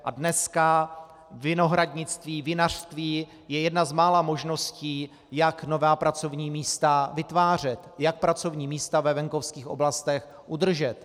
A dneska vinohradnictví, vinařství je jedna z mála možností, jak nová pracovní místa vytvářet, jak pracovní místa ve venkovských oblastech udržet.